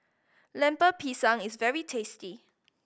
Lemper Pisang is very tasty